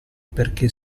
perché